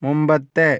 മുൻപത്തെ